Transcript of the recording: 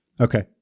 Okay